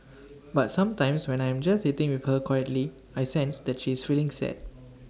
but sometimes when I am just sitting with her quietly I sense that she is feeling sad